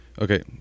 Okay